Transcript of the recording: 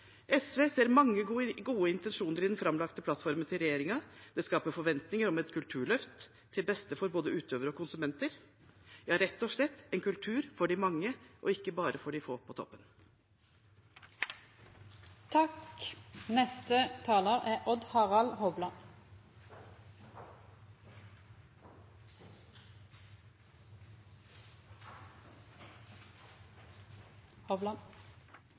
SV ser mange gode intensjoner i den framlagte plattformen til regjeringen. Det skaper forventninger om et kulturløft til beste for både utøvere og konsumenter – ja, rett og slett en kultur for de mange, og ikke bare for de få på toppen. Regjeringa si plattform er